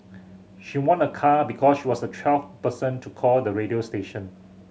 she won a car because she was the twelfth person to call the radio station